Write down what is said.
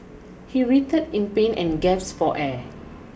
he writhed in pain and gasped for air